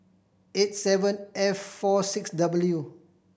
eight seven F four six W